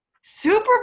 super